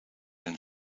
hun